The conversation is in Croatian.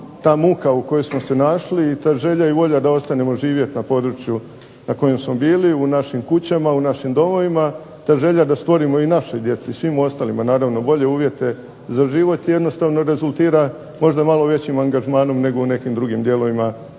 ta muka u kojoj smo se našli i ta želja i volja da ostanemo živjeti na području na kojem smo bili, u našim kućama, u našim domovima, ta želja da stvorimo našoj djeci, svim ostalima, bolje uvjete za život jednostavno rezultira možda malo većim angažmanom nego u nekim drugim dijelovima